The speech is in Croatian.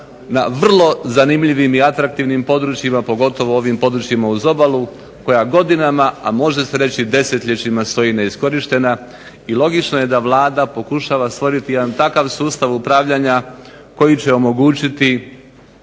na vrlo zanimljivim i atraktivnim područjima pogotovo ovim područjima uz obalu koja godinama, a može se reći desetljećima stoji neiskorištena i logično je da Vlada pokušava stvoriti jedan takav sustav upravljanja koji će omogućiti